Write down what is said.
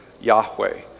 Yahweh